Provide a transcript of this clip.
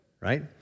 right